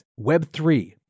Web3